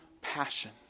passion